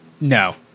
No